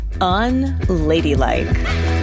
Unladylike